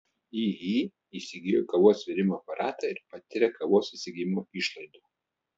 iį įsigijo kavos virimo aparatą ir patiria kavos įsigijimo išlaidų